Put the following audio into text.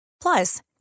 Plus